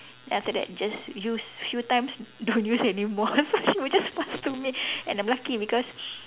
then after that just use few times don't use anymore so she will just pass to me and I'm lucky because